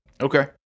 Okay